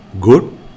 good